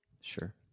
Sure